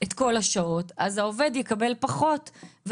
אחד מדגלי החוק היה המנגנון לעדכון שכר המינימום